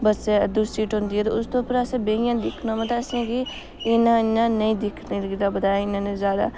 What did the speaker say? बस्सै दुई सीट होंदी ऐ उसदे उप्पर अस बेहियै दिक्खना होऐ ते असेंगी इन्ना इ'यां नेईं दिक्खने गी नेईं लभदा ऐ इन्ना नजारा